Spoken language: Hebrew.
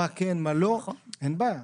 אין בעיה,